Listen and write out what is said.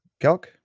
Kelk